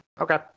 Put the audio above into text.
Okay